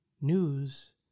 news